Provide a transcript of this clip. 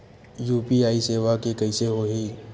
UPI सेवा के कइसे होही?